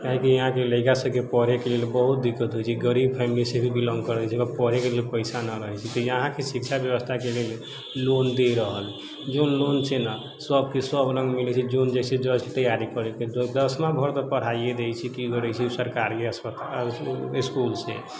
काहेकि यहाँके लड़िका सबके पढैके लेल बहुत दिक्कत होइ छै गरीब फैमिलिसँ भी बिलोंग करै छै पढ़ैके लिए पैसा नहि रहै छै तऽ यहाँके शिक्षा व्यवस्थाके लेल लोन दे रहल जौन लोन छै ने सबके सब रङ्ग मिलै छै जौन जैसे तैयारी करैके दसमा भरि तऽ पढाइये रहै छै कि सरकारीये अस्पताल इसकुलसँ